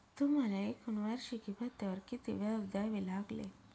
तुम्हाला एकूण वार्षिकी भत्त्यावर किती व्याज द्यावे लागले